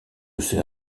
ces